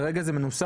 כרגע זה מנוסח?